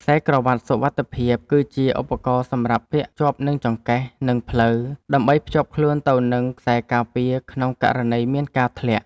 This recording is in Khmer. ខ្សែក្រវាត់សុវត្ថិភាព គឺជាឧបករណ៍សម្រាប់ពាក់ជាប់នឹងចង្កេះ និងភ្លៅ ដើម្បីភ្ជាប់ខ្លួនអ្នកទៅនឹងខ្សែការពារក្នុងករណីមានការធ្លាក់។